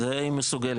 זה היא מסוגלת.